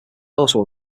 also